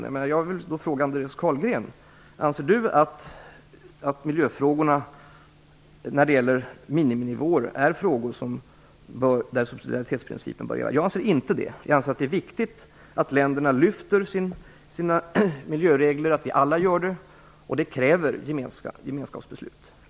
Jag vill ställa frågan till Andreas Carlgren: Anser Andreas Carlgren att subsidiaritetsprincipen bör gälla beträffande miljöfrågorna när det gäller miniminivåer? Jag anser inte det. Jag anser att det är viktigt att alla länder lyfter sina miljöregler, och det kräver gemensamma beslut.